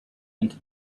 enter